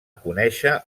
conèixer